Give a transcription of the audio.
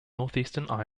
northeastern